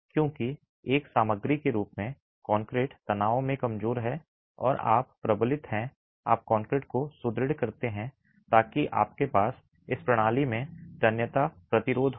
क्योंकि एक सामग्री के रूप में कंक्रीट तनाव में कमजोर है और आप प्रबलित हैं आप कंक्रीट को सुदृढ़ करते हैं ताकि आपके पास इस प्रणाली में तन्यता प्रतिरोध हो